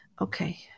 Okay